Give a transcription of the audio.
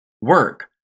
work